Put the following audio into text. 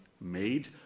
made